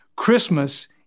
Christmas